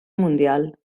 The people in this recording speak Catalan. mundial